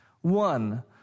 one